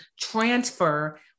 transfer